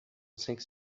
things